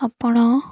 ଆପଣ